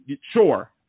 sure